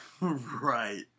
Right